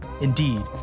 Indeed